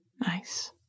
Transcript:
Nice